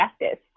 Justice